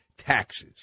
taxes